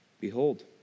Behold